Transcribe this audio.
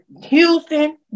Houston